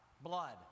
Blood